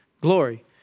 Glory